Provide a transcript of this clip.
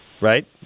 Right